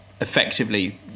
effectively